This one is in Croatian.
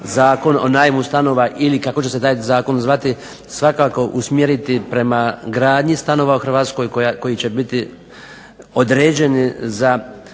Zakon o najmu stanova ili kako će se taj zakon zvati svakako usmjeriti prema gradnji stanova u Hrvatskoj koji će biti određeni za